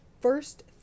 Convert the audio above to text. first